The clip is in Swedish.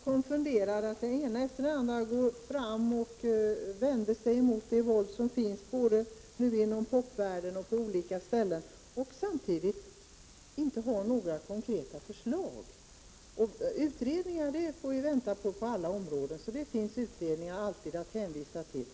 Herr talman! Jag blev också konfunderad när den ena talaren efter den andra går fram och vänder sig emot det våld som nu finns t.ex. inom popvärlden men samtidigt inte har några konkreta förslag. Inom alla områden får vi vänta på utredningar, och det finns alltid utredningar att hänvisa till.